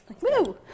Woo